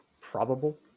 probable